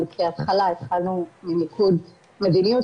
אבל כהתחלה התחלנו ממיקוד במדיניות